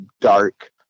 dark